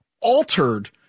altered